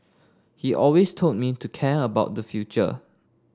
he always told me to care about the future